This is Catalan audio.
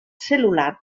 cel·lular